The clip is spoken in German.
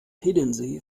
hiddensee